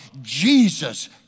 Jesus